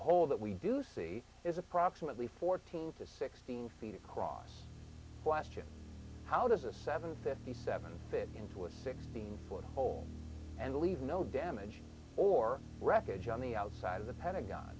hole that we do see is approximately fourteen to sixteen feet across last year how does a seven fifty seven fit into a sixteen foot hole and leave no damage or wreckage on the outside of the pentagon